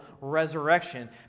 resurrection